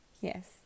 Yes